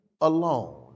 alone